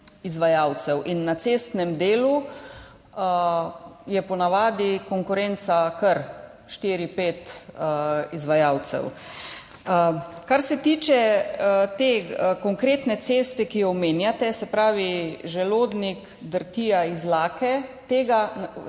izvajalcev. Na cestnem delu je po navadi konkurenca, kar štiri, pet izvajalcev. Kar se tiče te konkretne ceste, ki jo omenjate, se pravi, Želodnik–Drtija–Izlake, odseka